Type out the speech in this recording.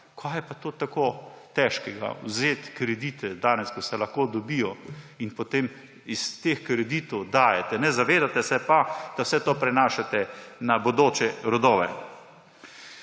Kaj je pa to tako težkega, vzeti kredite danes, ko se lahko dobijo, in potem iz teh kreditov dajati? Ne zavedate se pa, da vse to prenašate na bodoče rodove.